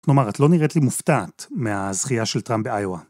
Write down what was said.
כלומר, את לא נראית לי מופתעת מהזכייה של טראמפ באיווה.